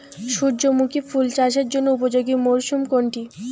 সূর্যমুখী ফুল চাষের জন্য উপযোগী মরসুম কোনটি?